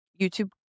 YouTube